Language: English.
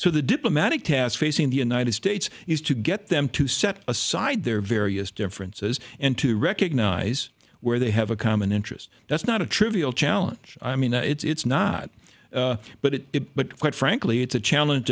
so the diplomatic task facing the united states is to get them to set aside their various differences and to recognize where they have a common interest that's not a trivial challenge i mean it's not but it but quite frankly it's a challenge